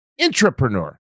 intrapreneur